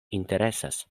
interesas